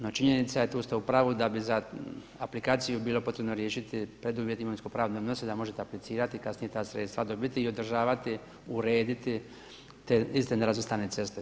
No činjenica je i tu ste upravu da bi aplikaciju bilo potrebno riješiti preduvjet imovinskopravne odnose da možete aplicirati kasnije ta sredstva dobiti i održavati, urediti te iste nerazvrstane ceste.